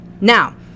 Now